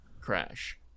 Crash